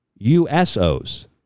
USOs